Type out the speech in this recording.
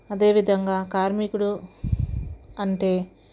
అదేవిధంగా కార్మికుడు అంటే